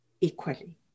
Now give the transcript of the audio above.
equally